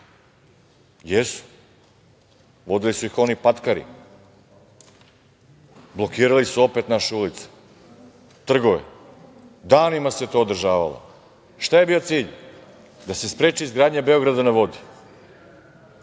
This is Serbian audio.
Jesu. Vodili su ih oni patkari. Blokirali su naše ulice, trgove. Danima se to održavamo. Šta je bio cilj? Da se spreči izgradnja „Beograda na vodi“.